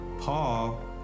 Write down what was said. Paul